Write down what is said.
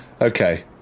Okay